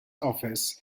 office